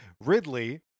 Ridley